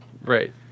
right